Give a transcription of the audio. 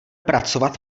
pracovat